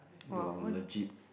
though was a legit